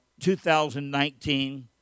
2019